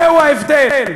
זה ההבדל.